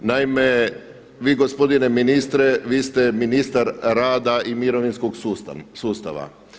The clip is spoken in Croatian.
Naime, vi gospodine ministre vi ste ministar rada i mirovinskog sustava.